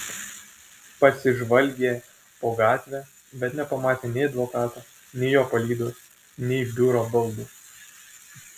pasižvalgė po gatvę bet nepamatė nei advokato nei jo palydos nei biuro baldų